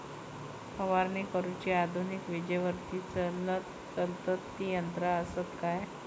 फवारणी करुची आधुनिक विजेवरती चलतत ती यंत्रा आसत काय?